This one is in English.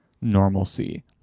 normalcy